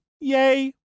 Yay